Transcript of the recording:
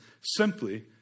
simply